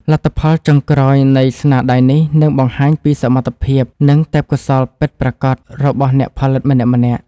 លទ្ធផលចុងក្រោយនៃស្នាដៃនេះនឹងបង្ហាញពីសមត្ថភាព និង ទេពកោសល្យពិតប្រាកដរបស់អ្នកផលិតម្នាក់ៗ។